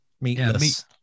Meatless